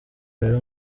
rero